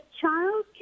child